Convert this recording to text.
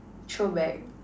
throwback